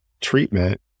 treatment